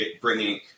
bringing –